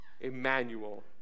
Emmanuel